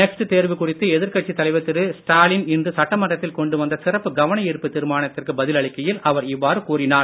next தேர்வு குறித்து எதிர்கட்சி தலைவர் திரு ஸ்டாலின் இன்று சட்டமன்றத்தில் கொண்டு வந்த சிறப்பு கவன ஈர்ப்பு தீர்மானத்திற்கு பதில் அளிக்கையில் அவர் இவ்வாறு கூறினார்